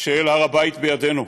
של "הר הבית בידינו".